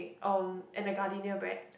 um and the Gardenia bread